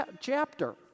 chapter